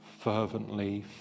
fervently